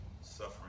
suffering